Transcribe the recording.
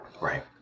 Right